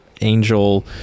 angel